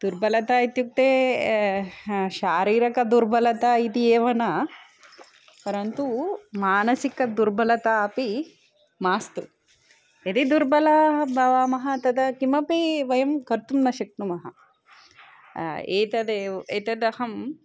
दुर्बलता इत्युक्ते हा शारीरकदुर्बलता इति एव न परन्तु मानसिकदुर्बलता अपि मास्तु यदि दुर्बलाः भवामः तदा किमपि वयं कर्तुं न शक्नुमः एतदेव एतदहं